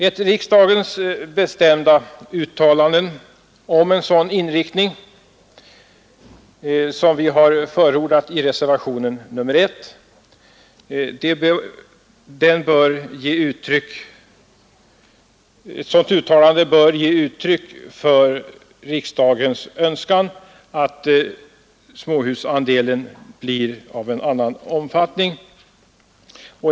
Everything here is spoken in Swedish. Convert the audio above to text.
Ett riksdagens bestämda uttalande om en sådan inriktning som vi har förordat i reservationen 1 vid civilutskottets betänkande nr 14 bör ge uttryck åt riksdagens önskan att småhusandelen blir av en annan omfattning.